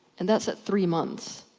and that's at three months.